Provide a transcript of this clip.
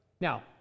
Now